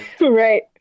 Right